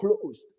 closed